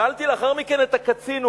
שאלתי לאחר מכן את הקצין,